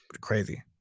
Crazy